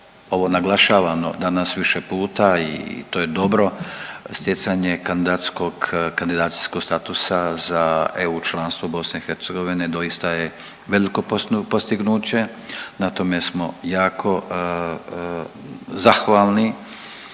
ovo naglašavano danas više puta i to je dobro, stjecanje kandidacijskog statusa za EU članstvo BiH, doista je veliko postignuće, na tome smo jako zahvalni